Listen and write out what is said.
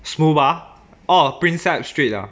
smoo bar oh prinsep street ah